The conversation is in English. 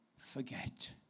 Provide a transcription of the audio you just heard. Forget